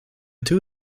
two